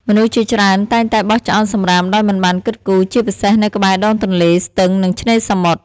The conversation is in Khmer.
មនុស្សជាច្រើនតែងតែបោះចោលសំរាមដោយមិនបានគិតគូរ ជាពិសេសនៅក្បែរដងទន្លេ ស្ទឹង និងឆ្នេរសមុទ្រ។